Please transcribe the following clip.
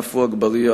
עפו אגבאריה,